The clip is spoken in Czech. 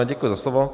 Děkuji za slovo.